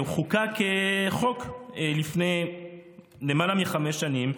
וחוקק חוק לפני למעלה מחמש שנים.